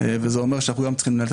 וזה אומר שאנחנו גם צריכים לנהל את